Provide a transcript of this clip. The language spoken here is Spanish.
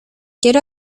quiero